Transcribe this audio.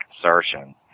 assertion